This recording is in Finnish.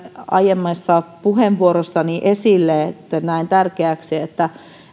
aiemmassa puheenvuorossani esille näen tärkeäksi että